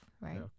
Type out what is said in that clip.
right